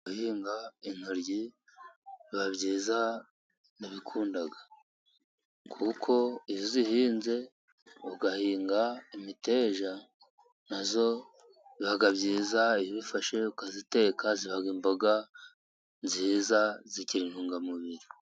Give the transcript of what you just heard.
Guhinga intoryi biba byiza ndabikunda. Kuko iyo uzihinze, ugahinga imiteja na yo biba byiza, iyo uziifashe ukaziteka ziba imboga nziza zigira intungamubiri.